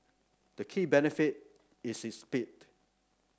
the key benefit is its speed